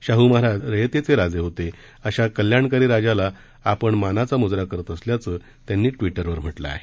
शाह महाराज रयतेचे राजे होते अशा कल्याणकारी राजाला आपण मानाचा मुजरा करत असल्याचं त्यांनी ट्विटरवर म्हटलं आहे